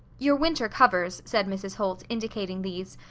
your winter covers, said mrs. holt, indicating these,